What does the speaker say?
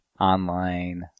online